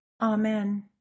Amen